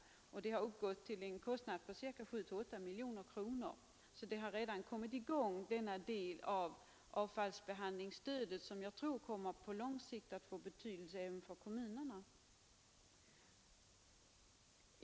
Kostnaden har uppgått till 7—8 miljoner kronor. Denna del av stödet till avfallsbehandling har alltså redan börjat, och jag tror att det på lång sikt kommer att få betydelse även för kommunerna.